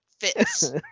fits